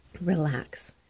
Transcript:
relax